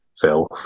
filth